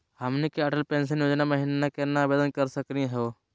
हमनी के अटल पेंसन योजना महिना केना आवेदन करे सकनी हो?